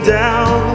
down